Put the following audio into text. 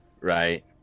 right